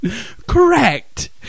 Correct